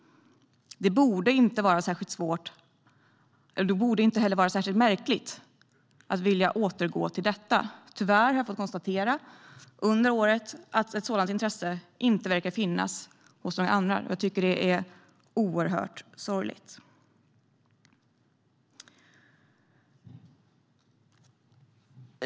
Det borde inte vara särskilt svårt eller märkligt att vilja återgå till det. Tyvärr har jag under året konstaterat att sådant intresse inte verkar finnas hos andra. Det är oerhört sorgligt.